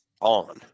on